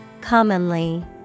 Commonly